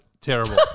terrible